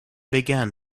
began